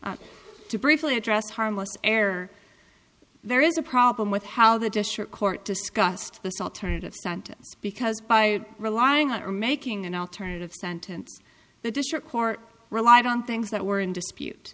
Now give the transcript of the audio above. to briefly address harmless error there is a problem with how the gesture court discussed this alternative sentence because by relying on or making an alternative sentence the district court relied on things that were in dispute